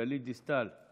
גלית דיסטל,